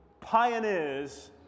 pioneers